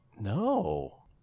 No